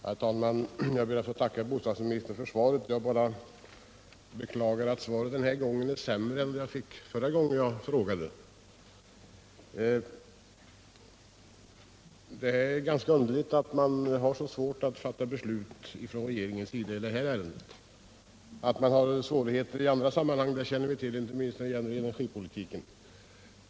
Herr talman! Jag ber att få tacka bostadsministern för svaret. Jag bara beklarar att det är sämre än det svar jag fick förra gången jag frågade. Det är ganska underligt att regeringen har så svårt att fatta beslut i det här ärendet. Att man har svårigheter i andra sammanhang känner vi till — inte minst när det gäller energipolitiken.